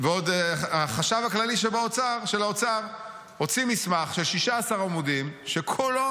ועוד החשב הכללי של האוצר הוציא מסמך של 16 עמודים שכולו